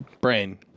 Brain